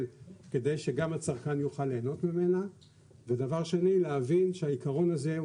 כדי שגם הצרכן יוכל להנות ממנה ודבר שני להבין שהעיקרון הזה,